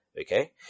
Okay